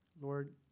Lord